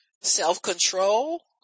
self-control